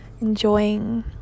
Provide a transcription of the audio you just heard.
enjoying